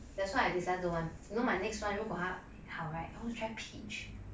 that's why I decided don't want you know my next one 如果他好 right I want to try peach